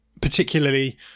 particularly